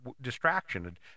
distraction